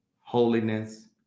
holiness